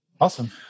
Awesome